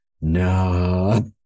No